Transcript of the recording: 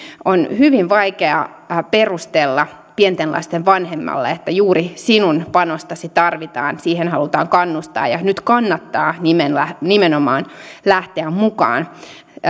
on hyvin vaikea perustella pienten lasten vanhemmalle että juuri sinun panostasi tarvitaan siihen halutaan kannustaa ja nyt kannattaa nimenomaan lähteä mukaan